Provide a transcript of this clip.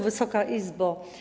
Wysoka Izbo!